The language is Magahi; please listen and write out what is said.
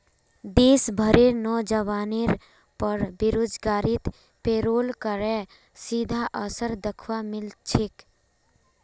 देश भरेर नोजवानेर पर बेरोजगारीत पेरोल करेर सीधा असर दख्वा मिल छेक